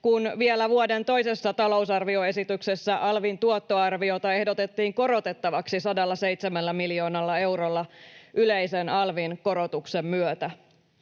kun vielä vuoden toisessa talousarvioesityksessä alvin tuottoarviota ehdotettiin korotettavaksi 107 miljoonalla eurolla yleisen alvin korotuksen myötä.